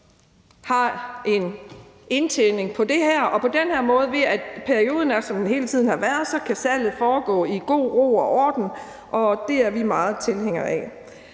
som har en indtjening på det her, og ved at perioden er, som den hele tiden har været, kan salget foregå i god ro og orden, og det er vi meget store tilhængere af.